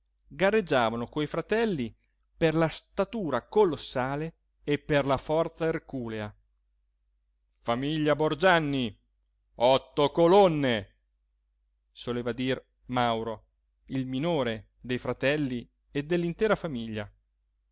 gareggiavano coi fratelli per la statura colossale e per la forza erculea famiglia borgianni otto colonne soleva dir mauro il minore dei fratelli e dell'intera famiglia